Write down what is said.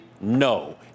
No